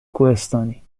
کوهستانی